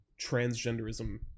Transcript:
transgenderism